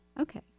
Okay